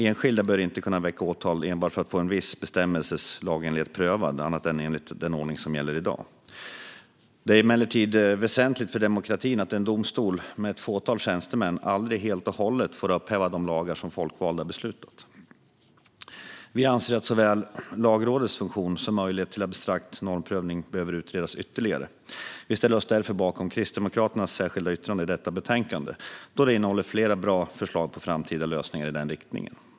Enskilda bör inte kunna väcka talan enbart för att få en viss bestämmelses lagenlighet prövad, annat än enligt den ordning som gäller i dag. Det är emellertid väsentligt för demokratin att en domstol, med ett fåtal tjänstemän, aldrig helt och hållet får upphäva de lagar som folkvalda beslutat. Vi anser att såväl Lagrådets funktion som möjlighet till abstrakt normprövning behöver utredas ytterligare. Vi ställer oss därför bakom Kristdemokraternas särskilda yttrande i detta betänkande då det innehåller flera bra förslag på framtida lösningar i den riktningen.